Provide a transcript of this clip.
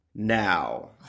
Now